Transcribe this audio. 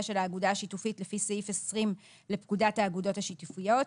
של האגודה השיתופית לפי סעיף 20 לפקודת האגודות השיתופיות.